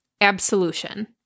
absolution